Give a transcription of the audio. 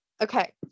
Okay